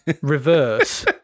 reverse